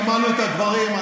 שמענו את הדברים.